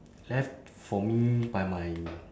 left for me by my